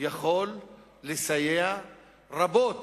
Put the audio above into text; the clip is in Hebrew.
יכול לסייע רבות,